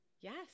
Yes